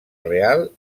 real